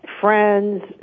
friends